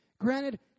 Granted